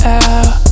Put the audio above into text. out